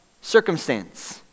Circumstance